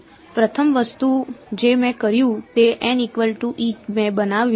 પ્રથમ વસ્તુ જે મેં કર્યું તે મેં બનાવ્યું